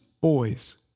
boys